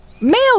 mail